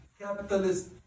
capitalist